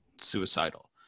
suicidal